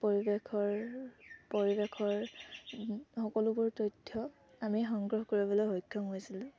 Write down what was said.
পৰিৱেশৰ পৰিৱেশৰ সকলোবোৰ তথ্য আমি সংগ্ৰহ কৰিবলৈ সক্ষম হৈছিলোঁ